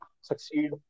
succeed